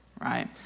right